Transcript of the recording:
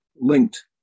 linked